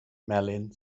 melin